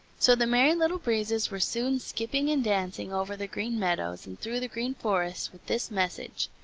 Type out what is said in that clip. so the merry little breezes were soon skipping and dancing over the green meadows and through the green forest with this message